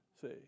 See